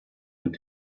und